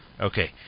Okay